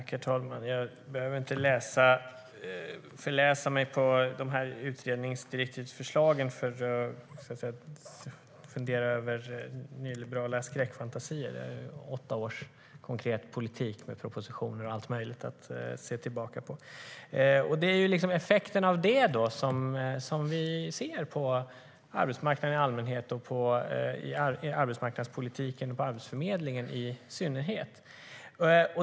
Herr talman! Jag behöver inte förläsa mig på förslagen till utredningsdirektiv för att fundera över nyliberala skräckfantasier. Det finns åtta års konkret politik med propositioner och allt möjligt att se tillbaka på. Det är effekten av detta vi ser på arbetsmarknaden i allmänhet och på arbetsmarknadspolitiken och Arbetsförmedlingen i synnerhet.